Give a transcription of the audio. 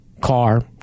car